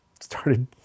started